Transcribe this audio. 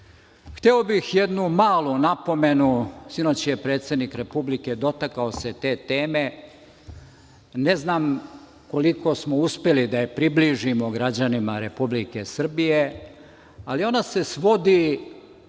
bih jednu malu napomenu, sinoć je predsednik Republike dotakao se te teme. Ne znam koliko smo uspeli da je približimo građanima Republike Srbije, ali ona se svodi